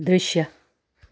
दृश्य